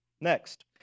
Next